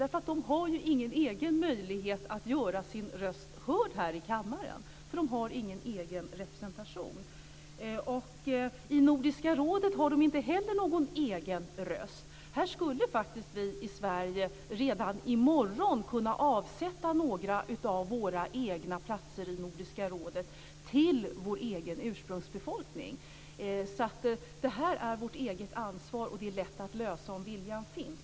De har ju ingen egen möjlighet att göra sin röst hörd här i kammaren eftersom de inte har någon egen representation. I Nordiska rådet har de inte heller någon egen röst. Här skulle vi i Sverige redan i morgon kunna avsätta några av våra egna platser i Nordiska rådet till vår egen ursprungsbefolkning. Det här är vårt eget ansvar, och det är lätt att lösa om viljan finns.